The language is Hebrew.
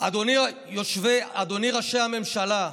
רבותיי ראשי הממשלה,